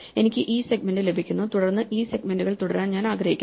എനിക്ക് ഈ സെഗ്മെന്റ് ലഭിക്കുന്നു തുടർന്ന് ഈ സെഗ്മെന്റുകൾ തുടരാൻ ഞാൻ ആഗ്രഹിക്കുന്നു